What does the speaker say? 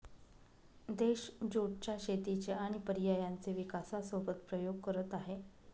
देश ज्युट च्या शेतीचे आणि पर्यायांचे विकासासोबत प्रयोग करत आहे